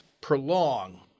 prolong